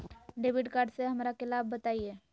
Debit card से हमरा के लाभ बताइए?